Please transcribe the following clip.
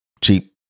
cheap